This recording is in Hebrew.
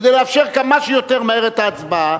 כדי לאפשר כמה שיותר מהר את ההצבעה,